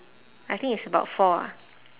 I think it's about four ah